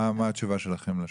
מה התשובה שלכם?